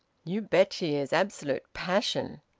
you bet she is! absolute passion.